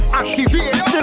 activate